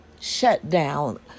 shutdown